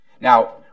Now